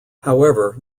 however